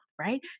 right